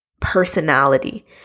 personality